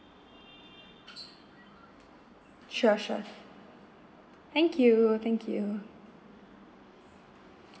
sure sure thank you thank you